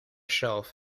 shelf